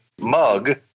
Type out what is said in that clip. mug